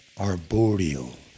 arboreal